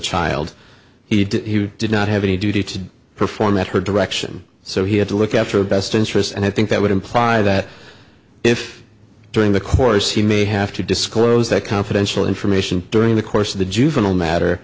child he did he did not have any duty to perform at her direction so he had to look after her best interests and i think that would imply that if during the course he may have to disclose that confidential information during the course of the juvenile matter